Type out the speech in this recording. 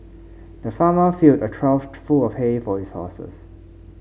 the farmer filled a trough full of hay for his horses